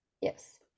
Yes